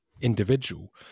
individual